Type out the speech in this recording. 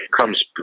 comes